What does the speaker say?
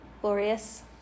glorious